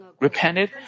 repented